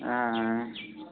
हां